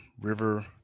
River